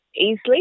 easily